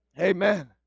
Amen